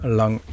lang